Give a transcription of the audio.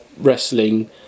wrestling